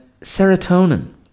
Serotonin